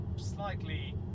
Slightly